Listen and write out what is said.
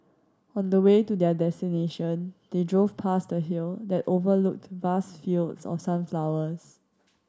on the way to their destination they drove past the hill that overlooked vast fields of sunflowers